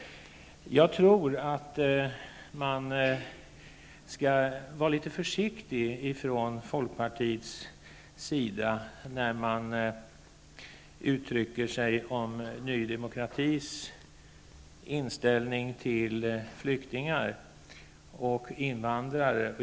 Man bör var litet försiktigt från folkpartiets sida när man uttrycker sig om Ny Demokratis inställning till flyktingar och invandrare.